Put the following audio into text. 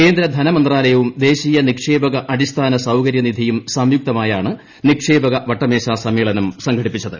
കേന്ദ്രധനമന്ത്രാലയവും ദേശീയ നിക്ഷേപക അടിസ്ഥാന സൌകര്യനിധിയും സംയുക്തമായാണ് നിക്ഷേപക വട്ടമേശാ സമ്മേളനം സംഘടിപ്പിച്ചത്